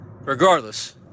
Regardless